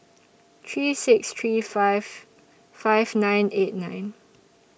three six three five five nine eight nine